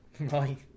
Right